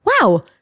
wow